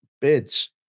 bids